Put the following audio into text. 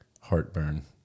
heartburn